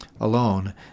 alone